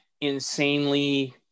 insanely